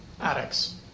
addicts